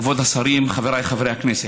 כבוד השרים, חבריי חברי הכנסת,